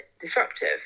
disruptive